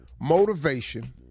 motivation